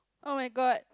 oh-my-God